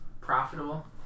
profitable